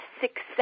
success